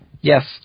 Yes